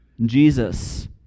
Jesus